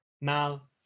Mal